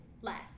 less